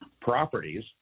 properties